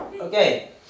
Okay